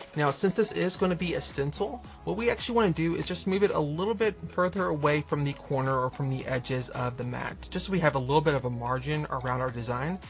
now since this is going to be a stencil what we actually want to do is just move it a little bit further away from the corner, or from the edges of the mat. just so we have a little bit of a margin around our design,